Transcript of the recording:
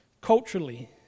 culturally